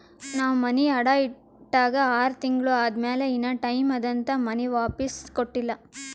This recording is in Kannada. ನಾವ್ ಮನಿ ಅಡಾ ಇಟ್ಟಾಗ ಆರ್ ತಿಂಗುಳ ಆದಮ್ಯಾಲ ಇನಾ ಟೈಮ್ ಅದಂತ್ ಮನಿ ವಾಪಿಸ್ ಕೊಟ್ಟಿಲ್ಲ